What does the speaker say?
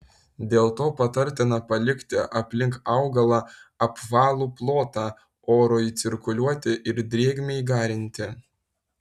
dėl to patartina palikti aplink augalą apvalų plotą orui cirkuliuoti ir drėgmei garinti